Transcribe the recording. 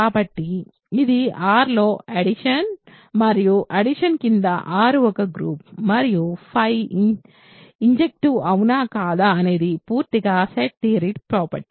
కాబట్టి ఇది R లో అడిషన్ మరియు అడిషన్ కింద R ఒక గ్రూప్ మరియు ఇన్జెక్టివ్ అవునా కాదా అనేది పూర్తిగా సెట్ థియరిటిక్ ప్రాపర్టీ